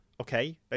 okay